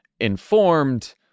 informed